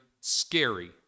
scary